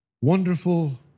Wonderful